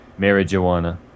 Marijuana